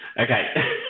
Okay